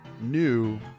new